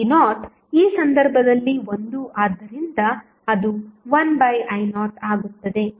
v0 ಈ ಸಂದರ್ಭದಲ್ಲಿ 1 ಆದ್ದರಿಂದ ಅದು 1i0 ಆಗುತ್ತದೆ